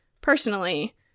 personally